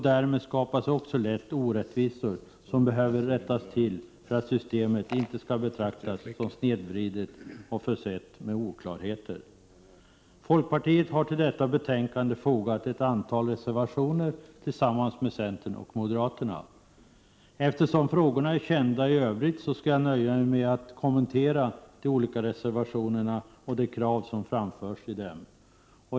Därmed skapas lätt orättvisor som behöver rättas till för att systemet inte skall betraktas som snedvridet och försett med oklarheter. Till detta betänkande har folkpartiet fogat ett antal reservationer tillsammans med centern och moderaterna. Eftersom frågorna är kända i övrigt skall jag nöja mig med att kommentera de olika reservationerna och de krav som framförs i dem.